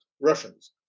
Russians